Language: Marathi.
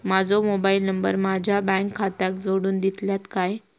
माजो मोबाईल नंबर माझ्या बँक खात्याक जोडून दितल्यात काय?